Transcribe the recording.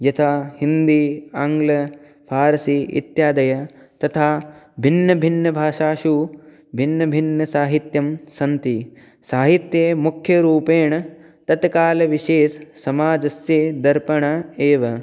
यथा हिन्दी आङ्गल् फ़ार्सि इत्यादयः तथा भिन्नभिन्नभाषासु भिन्नभिन्नसाहित्यं सन्ति साहित्ये मुख्यरूपेण तत्कालविशेषः समाजस्य दर्पणः एव